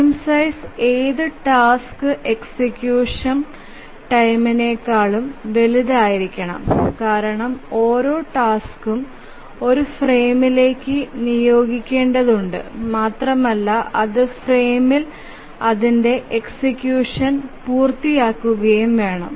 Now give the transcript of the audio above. frame size ഏത് task execution ടൈംനെക്കാളും വലുതായിരിക്കണം കാരണം ഓരോ ടാസ്കും ഒരു ഫ്രെയിമിലേക്ക് നിയോഗിക്കേണ്ടതുണ്ട് മാത്രമല്ല അത് ഫ്രെയിമിൽ അതിന്റെ എക്സിക്യൂഷൻ പൂർത്തിയാക്കുകയും വേണം